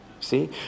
See